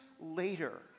later